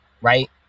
Right